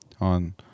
on